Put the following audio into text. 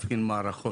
מתקין מערכות.